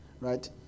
Right